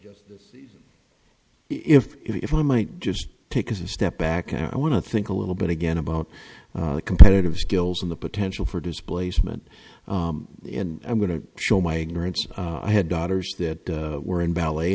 just the season if if i might just take a step back and i want to think a little bit again about the competitive skills and the potential for displacement and i'm going to show my ignorance i had daughters that were in ballet